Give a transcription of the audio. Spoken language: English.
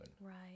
Right